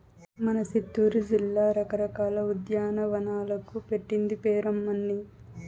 మన సిత్తూరు జిల్లా రకరకాల ఉద్యానవనాలకు పెట్టింది పేరమ్మన్నీ